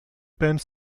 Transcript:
band